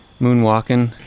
moonwalking